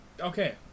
Okay